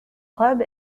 club